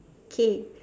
K